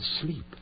sleep